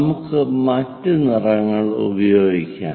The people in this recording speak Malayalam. നമുക്ക് മറ്റ് നിറങ്ങൾ ഉപയോഗിക്കാം